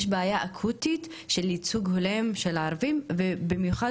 יש בעיה אקוטית של ייצוג הולם של הערבים ובמיוחד